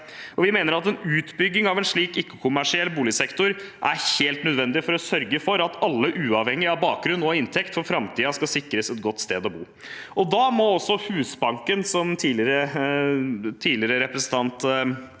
vi mener at en utbygging av en slik ikke-kommersiell boligsektor er helt nødvendig for å sørge for at alle, uavhengig av bakgrunn og inntekt, for framtiden skal sikres et godt sted å bo. Da må også Husbanken, som representanten